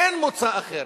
אין מוצא אחר.